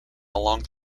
along